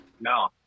no